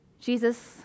Jesus